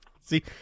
See